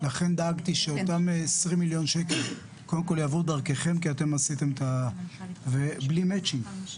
לכן דאגתי שאותם 20 מיליון שקל קודם כל יעברו דרככם ובלי מצ'ינג.